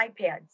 iPads